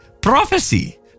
Prophecy